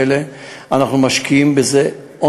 אנחנו רואים את הדברים האלה.